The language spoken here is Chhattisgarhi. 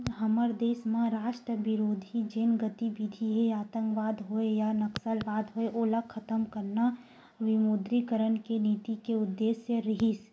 हमर देस म राष्ट्रबिरोधी जेन गतिबिधि हे आंतकवाद होय या नक्सलवाद होय ओला खतम करना विमुद्रीकरन के नीति के उद्देश्य रिहिस